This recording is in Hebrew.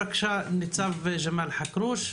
ניצב ג'מאל הכרוש,